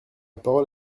parole